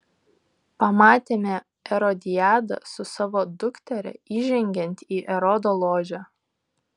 pamatėme erodiadą su savo dukteria įžengiant į erodo ložę